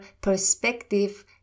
perspective